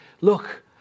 look